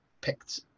picked